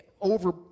over